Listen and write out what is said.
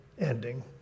ending